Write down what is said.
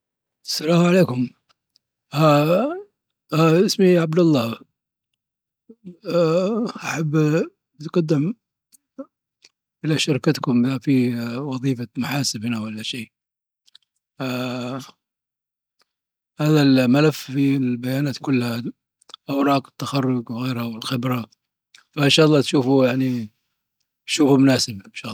السلام عليكم. آ آ إسمي عبد الله أحب اتقدم الى شركتكم إذا في وظيفة محاسب هنا والا شي. آه هذا الملف فيه البيانات كلها أوراق التخرج وغيرها من خبرة ان شاء الله تشوفوا يعني شغل مناسب.